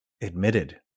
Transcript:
admitted